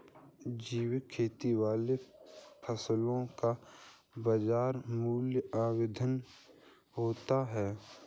जैविक खेती वाली फसलों का बाजार मूल्य अधिक होता है